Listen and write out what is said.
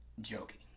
joking